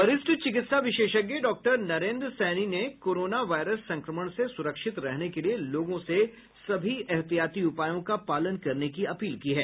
वरिष्ठ चिकित्सा विशेषज्ञ डॉक्टर नरेंद्र सैनी ने कोरोना वायरस संक्रमण से सुरक्षित रहने के लिए लोगों से सभी एहतियाती उपायों का पालन करने की अपील की है